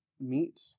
meet